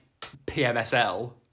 PMSL